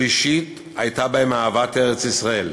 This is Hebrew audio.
שלישית, הייתה בהם אהבת ארץ-ישראל,